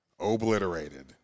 obliterated